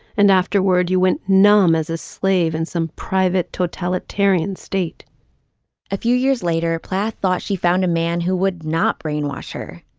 and afterward you went numb as a slave in some private totalitarian state a few years later plath thought she found a man who would not brainwash her.